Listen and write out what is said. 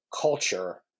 culture